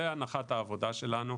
זה הנחת העבודה שלנו.